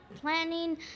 planning